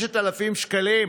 6,000 שקלים,